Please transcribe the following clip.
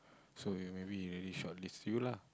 so he maybe he maybe shortlist you lah